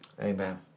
Amen